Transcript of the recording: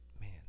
Man